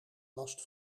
last